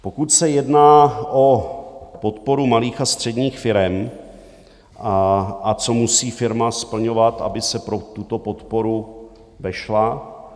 Pokud se jedná o podporu malých a středních firem a co musí firma splňovat, aby se pro tuto podporu vešla.